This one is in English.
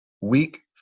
weak